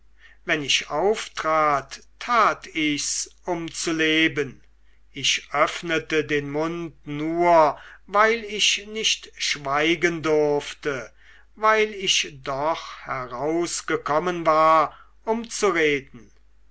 wenn ich auftrat tat ich's um zu leben ich öffnete den mund nur weil ich nicht schweigen durfte weil ich doch herausgekommen war um zu reden